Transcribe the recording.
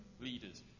leaders